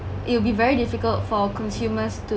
it will be very difficult for consumers